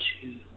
two